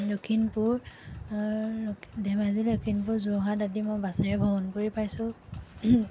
লখিমপুৰ ধেমাজি লখিমপুৰ যোৰহাট আদি মই বাছেৰে ভ্ৰমণ কৰি পাইছোঁ